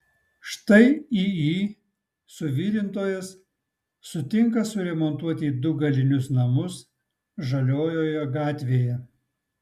štai iį suvirintojas sutinka suremontuoti du galinius namus žaliojoje gatvėje